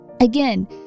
Again